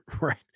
right